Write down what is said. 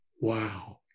wow